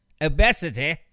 obesity